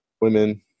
women